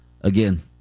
again